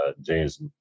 James